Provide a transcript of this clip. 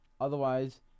otherwise